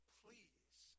please